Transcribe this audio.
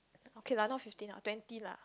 okay lah not fifteen lah twenty lah